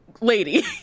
lady